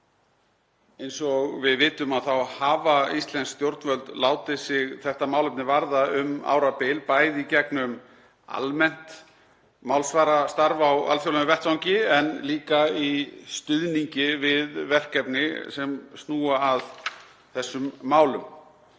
Eins og við vitum þá hafa íslensk stjórnvöld látið sig þetta málefni varða um árabil, bæði í gegnum almennt málsvarastarf á alþjóðlegum vettvangi en líka í stuðningi við verkefni sem snúa að þessum málum.